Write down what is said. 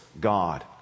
God